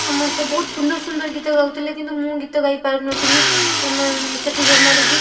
ସମସ୍ତେ ବହୁତ ସୁନ୍ଦର ସୁନ୍ଦର ଗୀତ ଗାଉଥିଲେ କିନ୍ତୁ ମୁଁ ଗୀତ ଗାଇପାରୁ ନଥିଲି ସେଠି ଜମାରୁ ବି